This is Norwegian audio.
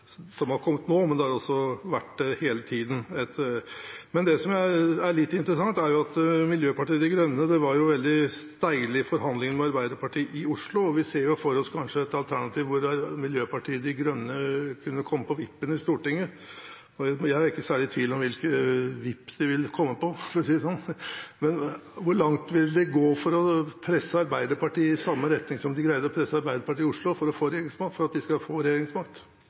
bare har kommet nå, men slik har det vært hele tiden. Det som er litt interessant, er at Miljøpartiet De Grønne var veldig steile i forhandlingene med Arbeiderpartiet i Oslo, og vi ser for oss kanskje et alternativ hvor Miljøpartiet De Grønne kunne komme på vippen i Stortinget. Jeg er ikke særlig i tvil om hvilken «vipp» de ville komme på – for å si det slik – men hvor langt vil de gå for å presse Arbeiderpartiet i samme retning som de greide å presse Arbeiderpartiet i Oslo, for at de skal få regjeringsmakt?